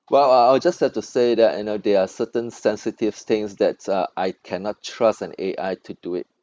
well uh I'll just have to say that you know there are certain sensitive things that uh I cannot trust an A_I to do it